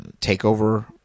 TakeOver